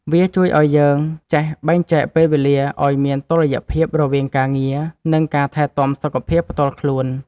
វាជួយឱ្យយើងចេះបែងចែកពេលវេលាឱ្យមានតុល្យភាពរវាងការងារ និងការថែទាំសុខភាពផ្ទាល់ខ្លួន។